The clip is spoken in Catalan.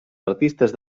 artistes